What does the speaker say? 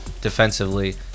defensively